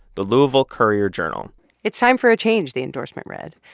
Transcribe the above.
the louisville courier-journal it's time for a change, the endorsement read,